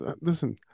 listen